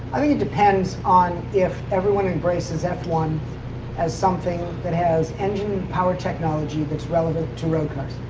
i think it depends on if everyone embraces f one as something that has engine-power technology that's relevant to road cars.